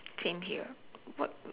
same here what